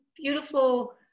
beautiful